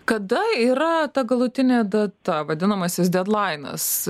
kada yra ta galutinė data vadinamasis dedlainas